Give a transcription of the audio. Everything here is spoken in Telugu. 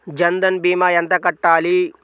జన్ధన్ భీమా ఎంత కట్టాలి?